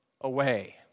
away